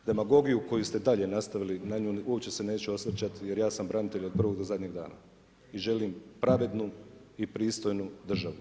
Demagogiju koju ste dalje nastavili na nju uopće se neću osvrtati jer ja sam branitelj od prvog do zadnjeg dana i želim pravednu i pristojnu državu.